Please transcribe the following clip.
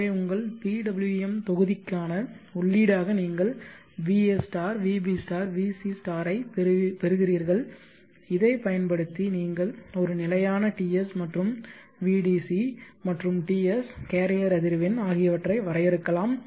எனவே உங்கள் PWM தொகுதிக்கான உள்ளீடாக நீங்கள் va vb vc ஐப் பெறுகிறீர்கள் இதைப் பயன்படுத்தி நீங்கள் ஒரு நிலையான TS மற்றும் vdc மற்றும் TS கேரியர் அதிர்வெண் ஆகியவற்றை வரையறுக்கலாம்